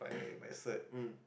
mm